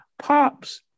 Pops